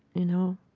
you know?